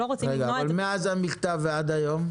מה קרה מאז המכתב עד היום?